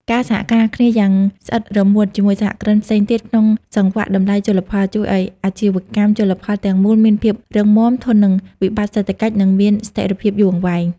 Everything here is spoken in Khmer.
ការសហការគ្នាយ៉ាងស្អិតរមួតជាមួយសហគ្រិនផ្សេងទៀតក្នុងសង្វាក់តម្លៃជលផល ជួយឱ្យអាជីវកម្មជលផលទាំងមូលមានភាពរឹងមាំ ធន់នឹងវិបត្តិសេដ្ឋកិច្ច និងមានស្ថិរភាពយូរអង្វែង។